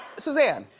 suzanne.